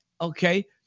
okay